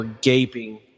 gaping